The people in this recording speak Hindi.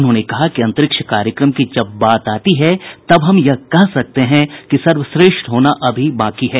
उन्होंने कहा कि अंतरिक्ष कार्यक्रम की जब बात आती है तब हम कह सकते हैं कि सर्वश्रेष्ठ अभी होना है